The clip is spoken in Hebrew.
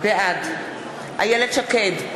בעד איילת שקד,